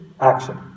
action